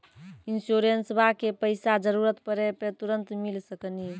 इंश्योरेंसबा के पैसा जरूरत पड़े पे तुरंत मिल सकनी?